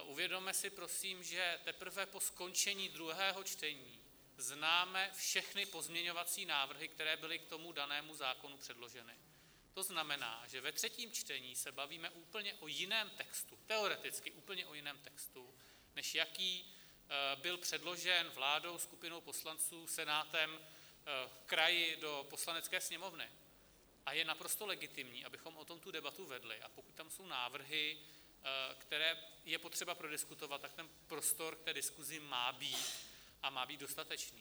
Uvědomme si, prosím, že teprve po skončení druhého čtení známe všechny pozměňovací návrhy, které byly k danému zákonu předloženy, to znamená, že ve třetím čtení se bavíme úplně o jiném textu, teoreticky úplně o jiném textu, než jaký byl předložen vládou, skupinou poslanců, Senátem, v kraji do Poslanecké sněmovny, a je naprosto legitimní, abychom o tom tu debatu vedli, a pokud tam jsou návrhy, které je potřeba prodiskutovat, tak prostor k diskuzi má být a má být dostatečný.